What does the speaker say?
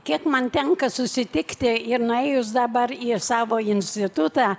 kiek man tenka susitikti ir nuėjus dabar į savo institutą